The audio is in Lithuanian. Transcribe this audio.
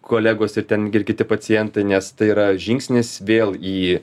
kolegos ir ten ir kiti pacientai nes tai yra žingsnis vėl į